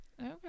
Okay